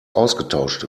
ausgetauscht